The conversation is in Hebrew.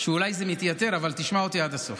שאולי זה מתייתר, אבל תשמע אותי עד הסוף.